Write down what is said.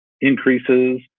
increases